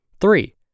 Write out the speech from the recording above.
Three